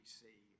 see